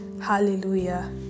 Hallelujah